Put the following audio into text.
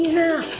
now